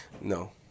No